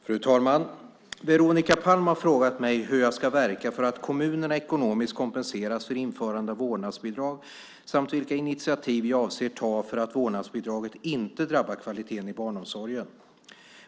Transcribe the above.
Fru talman! Veronica Palm har frågat mig hur jag ska verka för att kommunerna ekonomiskt kompenseras för införandet av vårdnadsbidrag samt vilka initiativ jag avser att ta för att vårdnadsbidraget inte drabbar kvaliteten i barnomsorgen.